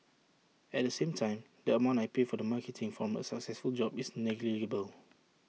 at the same time the amount I pay for the marketing from A successful job is negligible